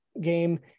game